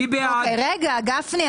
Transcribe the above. מי בעד קבלת ההסתייגות?